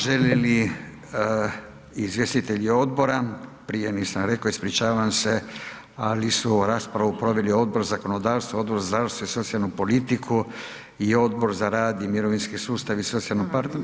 Žele li izvjestitelji odbora, prije nisam rekao, ispričavam se, ali su ovu raspravu proveli Odbor za zakonodavstvo, Odbor za zdravstvo i socijalnu politiku i Odbor za rad i mirovinski sustav i socijalno…